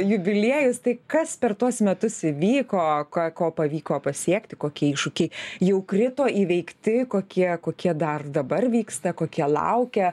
jubiliejus tai kas per tuos metus įvyko ką ko pavyko pasiekti kokie iššūkiai jau krito įveikti kokie kokie dar dabar vyksta kokie laukia